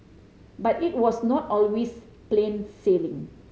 but it was not always plain sailing